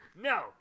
No